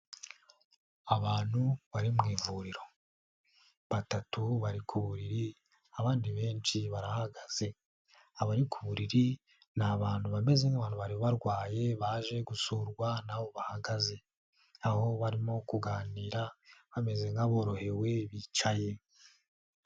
Abantu bari mu ivuriro, batatu bari ku buriri abandi benshi barahagaze, abari ku buriri ni abantu bameze nk'abantu bari barwaye baje gusurwa n'abo bahagaze aho barimo kuganira bameze nk'aborohewe bicaye.